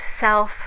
self